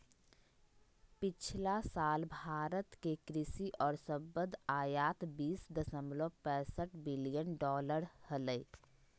पिछला साल भारत के कृषि और संबद्ध आयात बीस दशमलव पैसठ बिलियन डॉलर हलय